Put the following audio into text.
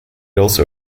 also